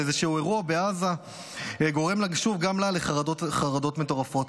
איזשהו אירוע בעזה גורמת גם לה לחרדות מטורפות,